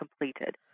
completed